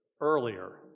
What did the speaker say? earlier